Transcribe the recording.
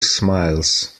smiles